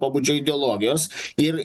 pobūdžio ideologijos ir